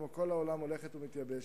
כמו כל העולם, הולכת ומתייבשת.